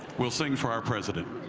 we'll sing for our president.